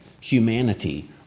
humanity